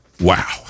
Wow